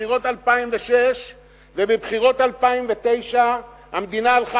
בבחירות 2006 ובבחירות 2009 המדינה הלכה